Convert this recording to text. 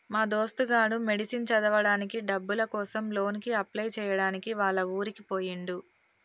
మా దోస్తు గాడు మెడిసిన్ చదవడానికి డబ్బుల కోసం లోన్ కి అప్లై చేయడానికి వాళ్ల ఊరికి పోయిండు